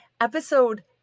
episode